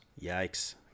Yikes